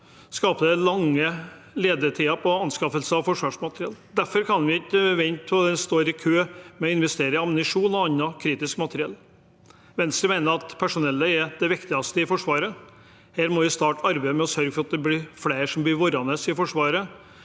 skaper det lange ledetider for anskaffelse av forsvarsmateriell. Derfor kan vi ikke vente og stå i kø for å investere i ammunisjon og annet kritisk materiell. Venstre mener at personellet er det viktigste i Forsvaret. Her må vi starte arbeidet for å sørge for at flere blir værende i Forsvaret,